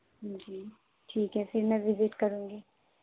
جی ٹھیک ہے پھر میں وزٹ کروں گی